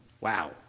Wow